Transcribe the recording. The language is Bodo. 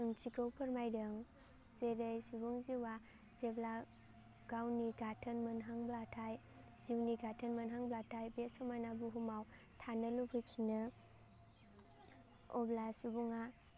ओंथिखौ फोरमायदों जेरै सुबुं जिउआ जेब्ला गावनि गाथोन मोनहांब्लाथाय जिउनि गाथोन मोनहांब्लाथाय बे समायना बुहुमाव थानो लुबैफिनो अब्ला सुबुङा